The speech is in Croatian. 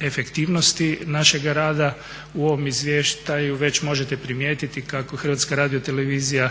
efektivnosti našega rada. U ovom izvještaju već možete primijetiti kako Hrvatska radiotelevizija